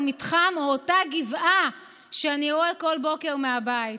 מתחם או אותה גבעה שאני רואה כל בוקר מהבית".